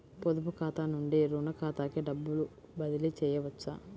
పొదుపు ఖాతా నుండీ, రుణ ఖాతాకి డబ్బు బదిలీ చేయవచ్చా?